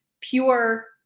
pure